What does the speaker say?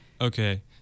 okay